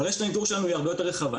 אבל רשת הניטור שלנו היא הרבה יותר רחבה.